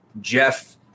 Jeff